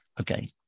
Okay